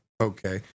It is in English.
Okay